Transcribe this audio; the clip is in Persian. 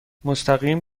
مستقیم